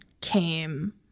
came